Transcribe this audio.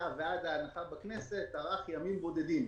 ועד ההנחה בכנסת ארך ימים בודדים.